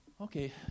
Okay